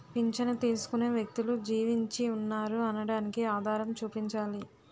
పింఛను తీసుకునే వ్యక్తులు జీవించి ఉన్నారు అనడానికి ఆధారం చూపించాలి